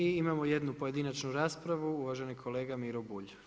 I imamo jednu pojedinačnu raspravu, uvaženi kolega Miro Bulj.